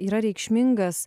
yra reikšmingas